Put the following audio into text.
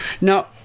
Now